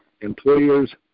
employers